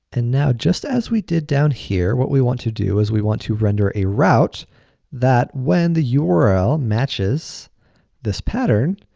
and now just as we did down here what we want to do is, we want to render a route that when the url matches this pattern,